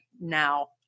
now